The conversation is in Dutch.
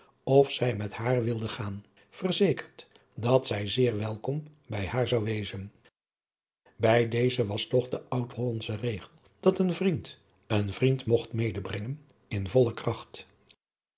of zij met haar wilde gaan verzekerd dat zij zeer welkom bij haar zou wezen bij deze was toch de oudhollandsche regel dat een vriend een vriend mogt medebrengen in volle kracht